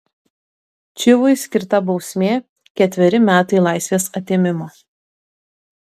čivui skirta bausmė ketveri metai laisvės atėmimo